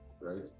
right